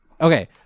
okay